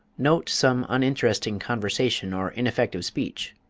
note some uninteresting conversation or ineffective speech,